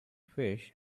fish